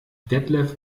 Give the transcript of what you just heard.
detlef